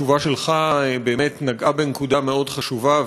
התשובה שלך באמת נגעה בנקודה מאוד חשובה,